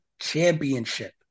championship